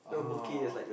ah